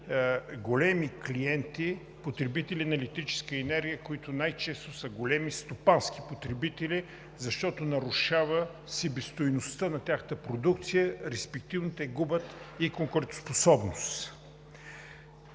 големи клиенти, потребители на електрическа енергия, които най-често са големи стопански потребители, защото нарушава себестойността на тяхната продукция, респективно те губят и конкурентоспособност.